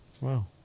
Wow